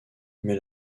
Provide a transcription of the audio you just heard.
mais